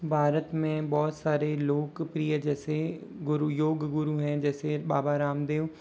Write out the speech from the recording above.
भारत मे बहुत सारे लोकप्रिय जैसे गुरु योग गुरु है जैसे बाबा रामदेव